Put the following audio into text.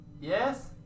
Yes